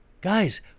Guys